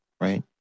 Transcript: right